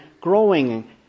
growing